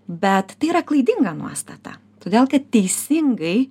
bet tai yra klaidinga nuostata todėl kad teisingai